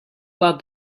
about